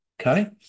Okay